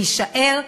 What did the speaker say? להישאר,